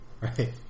right